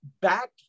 back